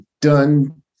done